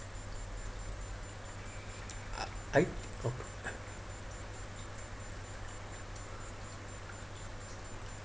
uh I